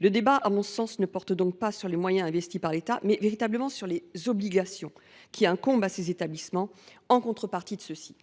Le débat, à mon sens, porte donc non pas sur les moyens investis par l’État, mais véritablement sur les obligations qui incombent à ces établissements, en contrepartie de ces moyens.